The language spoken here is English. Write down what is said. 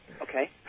Okay